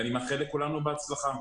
ואני מאחל לכולנו בהצלחה.